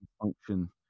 function